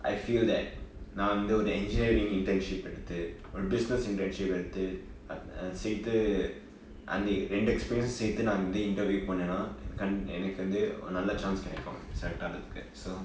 I feel that நா வந்து ஒறு:naa vanthu oru engineering internship எடுத்து ஒறு:eduthu oru business internship எடுத்து சேத்து அந்த இரண்டு:eduthu sethu antha rendu experience சேத்து நா:sethu naa interview போனேனா கண்~ எனக்கு வந்து ஒறு நல்ல:ponennaa kan~ enakku vanthu oru nalla chance கிடைக்கும்:kidaikum select ஆரதுக்கு:aarathukku so